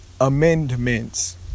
amendments